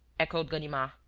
echoed ganimard.